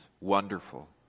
wonderful